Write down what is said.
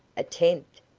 attempt?